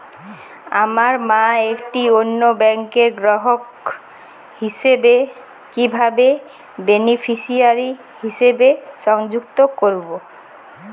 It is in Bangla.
আমার মা একটি অন্য ব্যাংকের গ্রাহক হিসেবে কীভাবে বেনিফিসিয়ারি হিসেবে সংযুক্ত করব?